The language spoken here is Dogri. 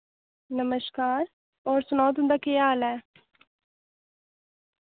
नमस्कार और सनाओ तुं'दा केह् हाल ऐ